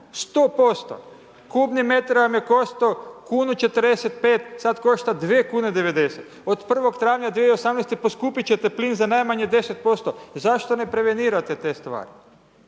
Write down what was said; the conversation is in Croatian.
100%. Kubni metar vam je koštao kunu 45, sad košta 2 kune 90. od 1. travnja 2018. poskupit ćete plin za najmanje 10%, zašto ne prevenirate te stvari?